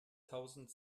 tausend